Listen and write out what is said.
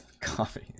coffee